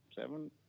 seven